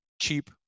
cheap